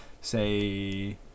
say